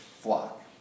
flock